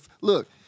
Look